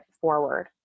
forward